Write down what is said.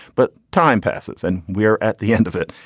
but time passes and we are at the end of it.